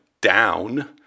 down